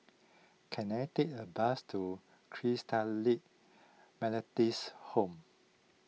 can I take a bus to Christalite Methodist Home